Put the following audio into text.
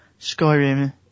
Skyrim